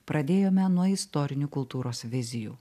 pradėjome nuo istorinių kultūros vizijų